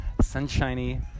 sunshiny